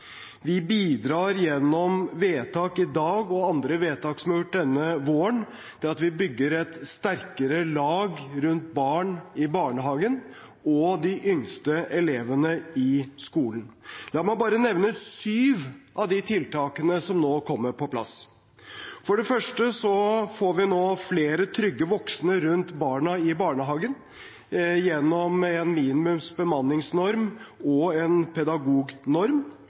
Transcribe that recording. Vi bidrar gjennom vedtak i dag og andre vedtak som er gjort denne våren, ved at vi bygger et sterkere lag rundt barna i barnehagen og de yngste elevene i skolen. La meg bare nevne syv av de tiltakene som nå kommer på plass: For det første får vi nå flere trygge voksne rundt barna i barnehagen gjennom en minimumsbemanningsnorm og en pedagognorm.